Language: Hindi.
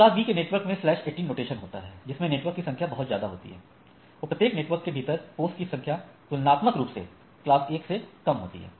तो क्लास B नेटवर्क में स्लैश 18 नोटेशन होता है जिसमें नेटवर्क की संख्या बहोत ज्यादा होती है एवं प्रत्येक नेटवर्क के भीतर पोस्ट की संख्या तुलनात्मक रूप से क्लास A से कम होती है